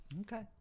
Okay